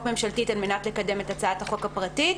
ממשלתית על מנת לקדם את הצעת החוק הפרטית.